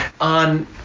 on